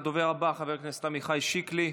הדובר הבא, חבר הכנסת עמיחי שיקלי,